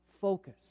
focus